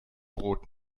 brot